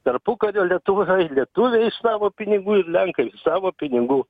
tarpukario lietuvoj lietuviai iš savo pinigų ir lenkai iš savo pinigų